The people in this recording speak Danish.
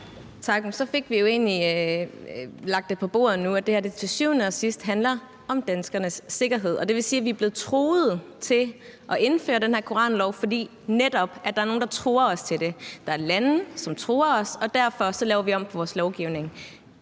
Tak. Så fik vi det jo egentlig lagt på bordet nu. Det her handler til syvende og sidst om danskernes sikkerhed. Det vil sige, at vi er blevet truet til at indføre den her koranlov, netop fordi der er nogle, der truer os til det. Der er lande, som truer os, og derfor laver vi om på vores lovgivning.